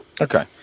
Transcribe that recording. okay